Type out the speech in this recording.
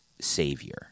savior